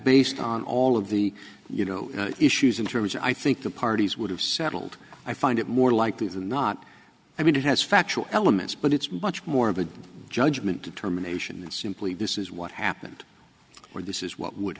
based on all of the you know issues into which i think the parties would have settled i find it more likely than not i mean it has factual elements but it's much more of a judgment terminations simply this is what happened where this is what would